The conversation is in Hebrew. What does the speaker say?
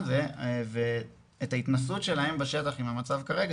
זה ואת ההתנסות שלהם בשטח עם המצב כרגע,